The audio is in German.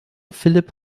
philipp